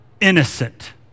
innocent